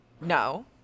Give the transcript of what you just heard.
No